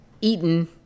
eaten